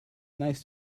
nice